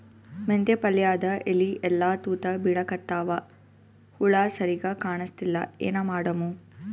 ಮೆಂತೆ ಪಲ್ಯಾದ ಎಲಿ ಎಲ್ಲಾ ತೂತ ಬಿಳಿಕತ್ತಾವ, ಹುಳ ಸರಿಗ ಕಾಣಸ್ತಿಲ್ಲ, ಏನ ಮಾಡಮು?